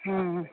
हूँ